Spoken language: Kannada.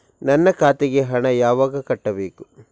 ನನ್ನ ಖಾತೆಗೆ ಹಣ ಯಾವಾಗ ಕಟ್ಟಬೇಕು?